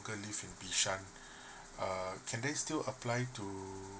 live in beshan uh can they still apply to